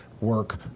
work